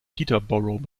peterborough